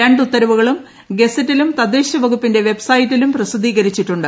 രണ്ട് ഉത്തരവുകളും ഗസറ്റിലും തദ്ദേശ വകുപ്പിന്റെ വെബ് സൈറ്റിലും പ്രസിദ്ധീകരിച്ചിട്ടുണ്ട്